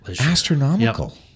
Astronomical